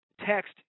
text